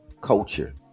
culture